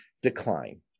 Decline